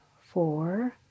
four